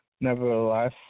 Nevertheless